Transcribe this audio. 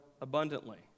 abundantly